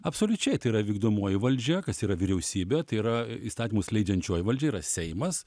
absoliučiai tai yra vykdomoji valdžia kas yra vyriausybė yra įstatymus leidžiančioji valdžia yra seimas